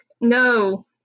no